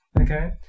okay